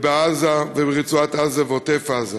ברצועת-עזה ובעוטף-עזה.